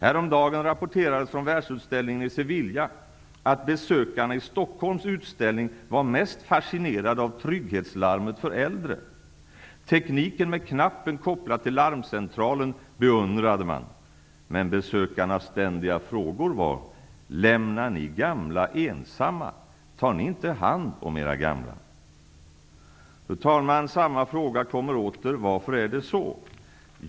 Häromdagen rapporterades från Världsutställningen i Sevilla att besökarna på Stockholms utställning var mest fascinerade av trygghetslarmet för äldre. Tekniken med knappen kopplad till larmcentralen beundrade man, men besökarnas ständiga frågor var: ”Lämnar ni gamla ensamma? Tar ni inte hand om era gamla?” Fru talman! Samma fråga kommer åter: Varför är det så?